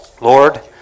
Lord